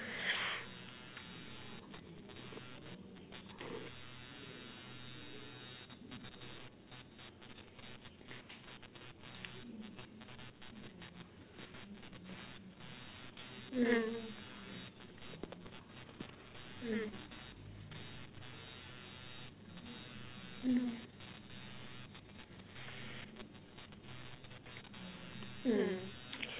mm mm mm mm